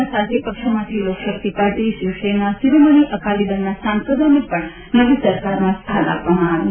ના સાથી પક્ષોમાંથી લોકશક્તિ પાર્ટી શિવસેના શિરોમણી અકાલીદળના સાંસદો પણ નવી સરકારમાં સ્થાન આપવામાં આવ્યું